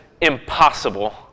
impossible